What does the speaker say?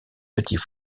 petits